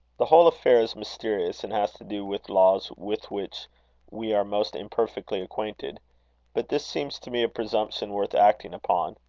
the whole affair is mysterious, and has to do with laws with which we are most imperfectly acquainted but this seems to me a presumption worth acting upon.